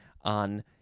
on